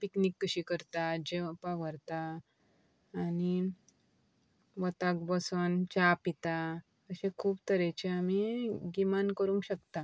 picnic कशी करता जेवपाक व्हरता आनी वताक बसोन चा पिता अशे खूब तरेचे आमी गिमान करूंक शकता